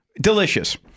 Delicious